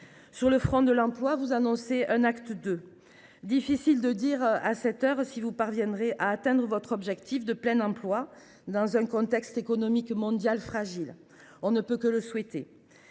le front de l’emploi, vous annoncez un acte II. Il est difficile de dire, à cette heure, si vous parviendrez à atteindre votre objectif de plein emploi, alors que le contexte économique mondial est fragile. On ne peut que le souhaiter.